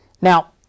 Now